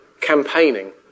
campaigning